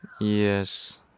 Yes